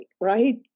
right